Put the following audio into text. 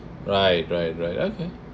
right right right okay